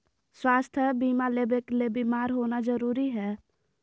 स्वास्थ्य बीमा लेबे ले बीमार होना जरूरी हय?